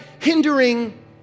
hindering